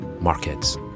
markets